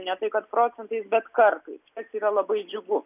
ne tai kad procentais bet kartais tas yra labai džiugu